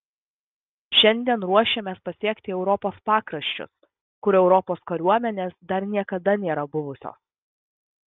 šiandien ruošėmės pasiekti europos pakraščius kur europos kariuomenės dar niekada nėra buvusios